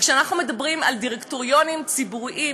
וכשאנחנו מדברים על דירקטוריונים ציבוריים